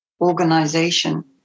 organization